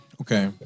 Okay